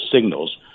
signals